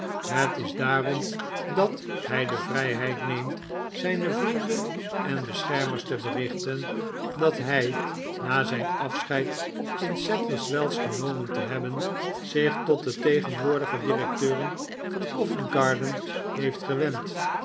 het is daarom dat hij de vrijheid neemt zijne vrienden en beschermers te berichten dat hij na zijn afscheid in sadlers wells genomen te hebben zich tot de tegenwoordige directeuren van covent-garden heeft gewend